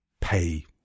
pay